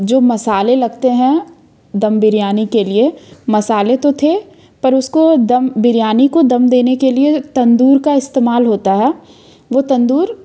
जो मसाले लगते हैं दम बिरयानी के लिए मसाले तो थे पर उसको दम बिरयानी को दम देने के लिए तंदूर का इस्तेमाल होता है वो तंदूर